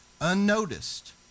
unnoticed